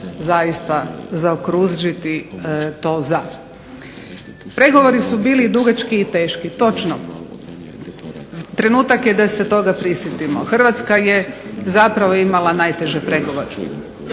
zaista zaokružiti to ZA. Pregovori su bili dugački i teški, točno. Trenutak je da se toga prisjetimo. Hrvatska je zapravo imala najteže pregovore.